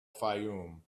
fayoum